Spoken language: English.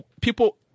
people